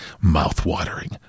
Mouth-watering